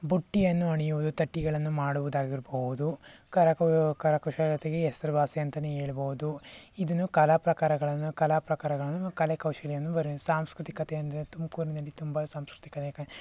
ಬುಟ್ಟಿಯನ್ನು ಹೆಣೆಯುವುದು ತಟ್ಟಿಗಳನ್ನು ಮಾಡುವುದಾಗಿರ್ಭೋದು ಕರ ಕು ಕರ ಕುಶಲತೆಗೆ ಹೆಸರ್ವಾಸಿ ಅಂತನೇ ಹೇಳ್ಬೋದು ಇದನ್ನು ಕಲಾ ಪ್ರಕಾರಗಳನ್ನು ಕಲಾ ಪ್ರಕಾರಗಳನ್ನು ಕಲೆ ಕೌಶಲ್ಯಯನ್ನು ವರೆ ಸಾಂಸ್ಕೃತಿಕತೆ ಅಂದೆ ತುಮಕೂರಿನಲ್ಲಿ ತುಂಬ ಸಂಸ್ಕೃತಿಕ ನೇಕೆ